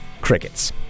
crickets